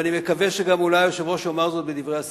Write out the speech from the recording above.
ואני מקווה שגם אולי היושב-ראש יאמר זאת בדברי הסיכום.